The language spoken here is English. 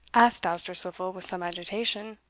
asked dousterswivel, with some agitation.